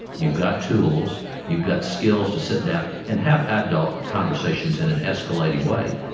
you've got tools, you've got skills to sit down and have adult conversations in an escalating way,